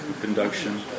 Conduction